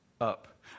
Up